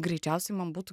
greičiausiai man būtų